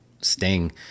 sting